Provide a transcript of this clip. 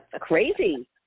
crazy